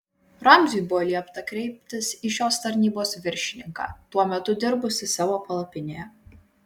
ramziui buvo liepta kreiptis į šios tarnybos viršininką tuo metu dirbusį savo palapinėje